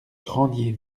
grandier